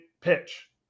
pitch